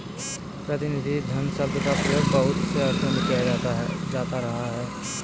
प्रतिनिधि धन शब्द का प्रयोग बहुत से अर्थों में किया जाता रहा है